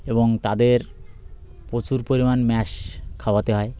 এবং তাদের প্রচুর পরিমাণ ম্যাস খাওয়াতে হয়